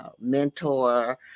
mentor